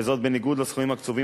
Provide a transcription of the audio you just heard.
וזאת בניגוד לסכומים קצובים,